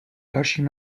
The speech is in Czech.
dalším